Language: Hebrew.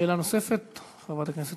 שאלה נוספת, חברת הכנסת